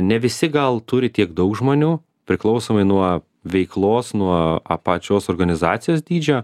ne visi gal turi tiek daug žmonių priklausomai nuo veiklos nuo a pačios organizacijos dydžio